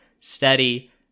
steady